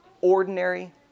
ordinary